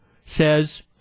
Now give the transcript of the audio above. says